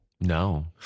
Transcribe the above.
No